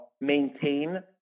maintain